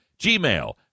Gmail